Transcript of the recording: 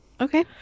Okay